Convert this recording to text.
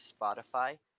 Spotify